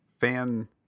fan